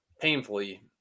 painfully